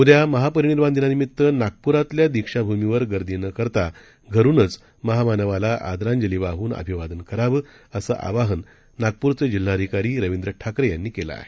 उदयामहापरिनिर्वाणदिनानिमितनागप्रातल्यादीक्षाभूमीवरगर्दीनकरताघरुनचमहामान वालाआदरांजलीवाहनअभिवादनकरावं असंआवाहननागपूरचेजिल्हाधिकारीरवींद्रठाकरेयांनीकेलंआहे